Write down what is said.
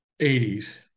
80s